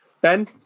Ben